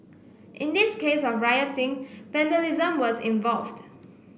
in this case of rioting vandalism was involved